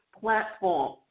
platform